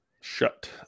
Shut